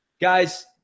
Guys